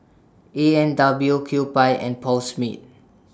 A and W Kewpie and Paul Smith